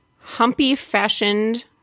humpy-fashioned